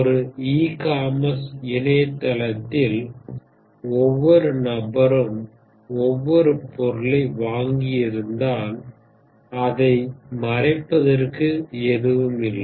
ஒரு e commerce இணையதளத்தில் ஒவ்வொரு நபரும் ஒவ்வொரு பொருளை வாங்கியிருந்தால் அதை மறைப்பதற்கு எதுவும் இல்லை